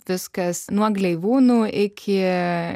viskas nuo gleivūnų iki